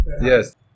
Yes